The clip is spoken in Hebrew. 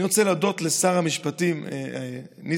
אני רוצה להודות לשר המשפטים ניסנקורן,